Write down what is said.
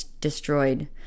destroyed